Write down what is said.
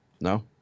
No